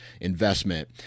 investment